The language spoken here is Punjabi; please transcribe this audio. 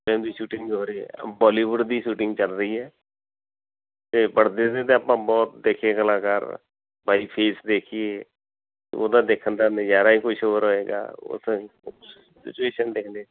ਇਹਨਾਂ ਦੀ ਸ਼ੂਟਿੰਗ ਹੋ ਰਹੀ ਬਾਲੀਵੁੱਡ ਦੀ ਸ਼ੂਟਿੰਗ ਚੱਲ ਰਹੀ ਹੈ ਇਹ ਪੜਦੇ 'ਤੇ ਆਪਾਂ ਬਹੁਤ ਦੇਖੇ ਕਲਾਕਾਰ ਬਾਏ ਫੇਸ ਦੇਖੀਏ ਉਹਦਾ ਦੇਖਣ ਦਾ ਨਜ਼ਾਰਾ ਹੀ ਕੁਝ ਹੋਰ ਹੋਏਗਾ